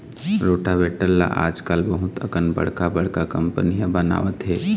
rotavator ल आजकाल बहुत अकन बड़का बड़का कंपनी ह बनावत हे